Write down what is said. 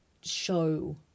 show